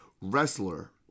wrestler